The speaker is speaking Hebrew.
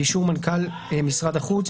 באישור המנהל הכללי של משרד החוץ,